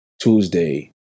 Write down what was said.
Tuesday